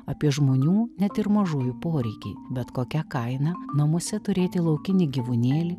apie žmonių net ir mažųjų poreikį bet kokia kaina namuose turėti laukinį gyvūnėlį